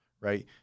right